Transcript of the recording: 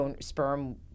sperm